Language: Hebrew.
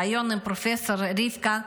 ריאיון עם פרופ' רבקה,